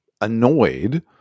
annoyed